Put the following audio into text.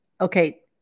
Okay